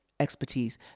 expertise